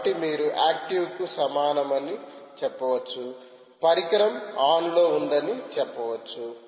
కాబట్టి మీరు యాక్టివ్కు సమానమని చెప్పవచ్చు పరికరం ఆన్లో ఉందని చెప్పవచ్చు